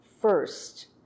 first